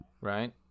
Right